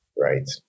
right